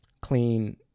clean